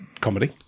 comedy